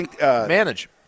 Manage